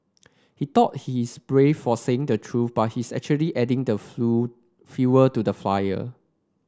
he thought he is brave for saying the truth but he's actually adding the fuel to the fire